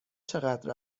چقدر